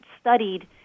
studied